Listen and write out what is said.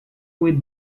will